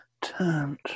Turned